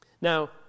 Now